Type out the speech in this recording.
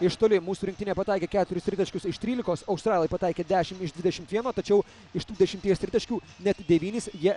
iš toli mūsų rinktinė pataikė keturis tritaškius iš trylikos australai pataikė dešimt iš dvidešim vieno tačiau iš trisdešimies tritaškių net devynis jie